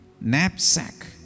knapsack